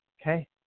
Okay